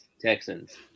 Texans